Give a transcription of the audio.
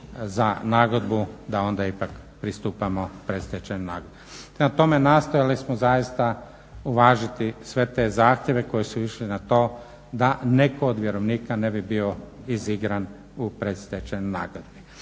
za nagodbu, da onda ipak pristupamo predstečajnoj nagodbi. Prema tome, nastojali smo zaista uvažiti sve te zahtjeve koji su išli na to da netko od vjerovnika ne bi bio izigran u predstečajnoj nagodbi.